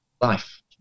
life